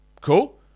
Cool